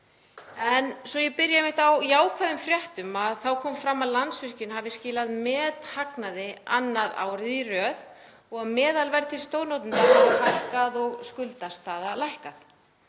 Svo ég byrji á jákvæðum fréttum þá kom fram að Landsvirkjun hefði skilað methagnaði annað árið í röð og meðalverð til stórnotenda hefði hækkað og skuldastaða lækkað.